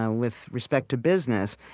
ah with respect to business,